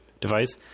device